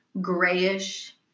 grayish